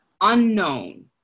unknown